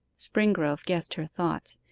springrove guessed her thoughts,